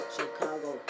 Chicago